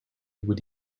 would